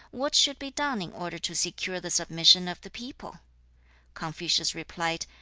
what should be done in order to secure the submission of the people confucius replied,